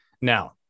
Now